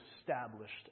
established